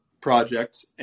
project